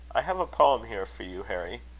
i have a poem here for you, harry.